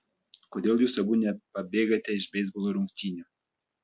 kodėl jūs abu nepabėgate iš beisbolo rungtynių